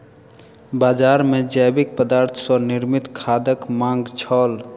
बजार मे जैविक पदार्थ सॅ निर्मित खादक मांग छल